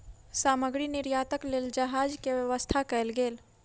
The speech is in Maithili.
सामग्री निर्यातक लेल जहाज के व्यवस्था कयल गेल